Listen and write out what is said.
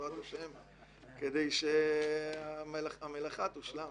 כדי שהמלאכה תושלם.